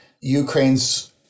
Ukraine's